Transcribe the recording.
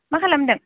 मा खालामदों